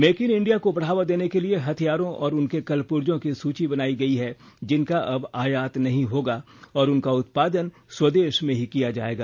make in India को बढ़ावा देने के लिए हथियारों और उनके कलपुर्जों की सूची बनाई गई है जिनका अब आयात नहीं होगा और उनका उत्पादन स्वदेश में ही किया जाएगा